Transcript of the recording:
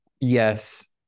yes